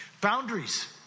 Boundaries